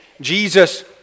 Jesus